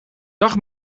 dag